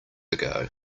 ago